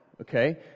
okay